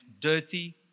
dirty